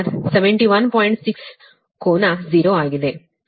6 ಕೋನ 0 ಆಗಿದೆ